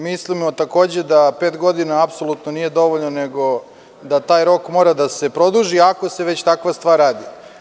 Mislimo, takođe, da je pet godina apsolutno nije dovoljno, nego da taj rok mora da se produži ako se već takva stvar radi.